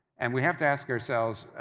and, we have to ask ourselves,